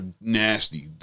nasty